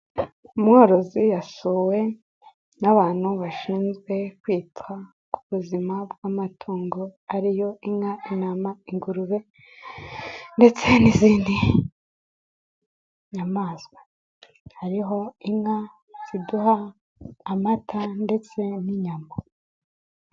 Umworozi yasuwe n'abantu bashinzwe kwita ku buzima bw'amatungo, ariyo inka intama ingurube ndetse n'izindi nyamaswa. Hariho inka ziduha amata ndetse n'inyama.